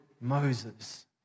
Moses